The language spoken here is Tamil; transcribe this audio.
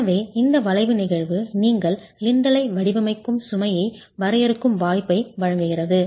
எனவே இந்த வளைவு நிகழ்வு நீங்கள் லின்டலை வடிவமைக்கும் சுமையை வரையறுக்கும் வாய்ப்பை வழங்குகிறது